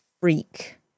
freak